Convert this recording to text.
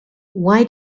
why